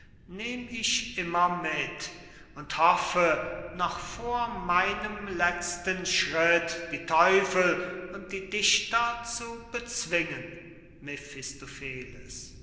nehm ich immer mit und hoffe noch vor meinem letzten schritt die teufel und die dichter zu bezwingen